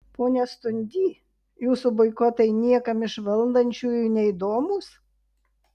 pone stundy jūsų boikotai niekam iš valdančiųjų neįdomūs